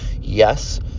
yes